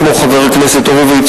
כמו חבר הכנסת הורוביץ,